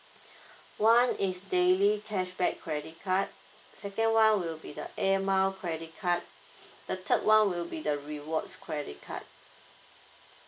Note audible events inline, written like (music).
(breath) one is daily cashback credit card second one will be the air miles credit card the third one will be the rewards credit card